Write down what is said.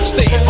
Stay